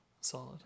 Solid